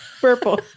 Purple